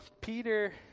Peter